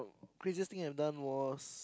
craziest thing I've done was